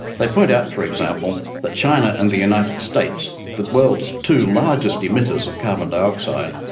they point out, for example, that china and the united states, the world's two largest emitters of carbon dioxide,